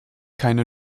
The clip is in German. keine